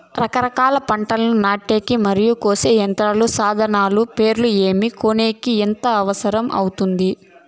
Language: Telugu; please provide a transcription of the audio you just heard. రకరకాల పంటలని నాటే మరియు కోసే యంత్రాలు, సాధనాలు పేర్లు ఏమి, కొనేకి ఎంత అవసరం అవుతుంది?